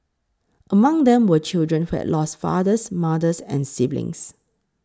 among them were children who has lost fathers mothers and siblings